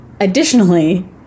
additionally